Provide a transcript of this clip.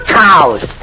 cows